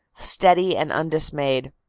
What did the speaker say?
steady and undismayed.